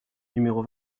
numéros